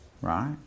right